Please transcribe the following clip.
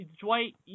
Dwight